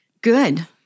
Good